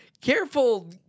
careful